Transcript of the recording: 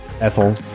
Ethel